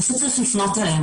פשוט צריך לפנות אליהן.